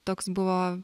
toks buvo